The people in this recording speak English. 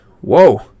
whoa